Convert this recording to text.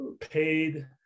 paid